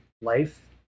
life